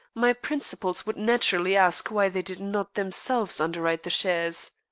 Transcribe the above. my principals would naturally ask why they did not themselves underwrite the shares.